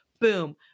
boom